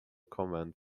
command